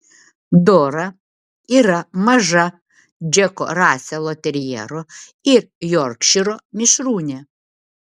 dora yra maža džeko raselo terjero ir jorkšyro mišrūnė